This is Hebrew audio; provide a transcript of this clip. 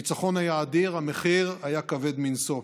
הניצחון היה אדיר, המחיר היה כבד מנשוא.